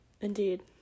Indeed